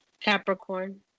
Capricorn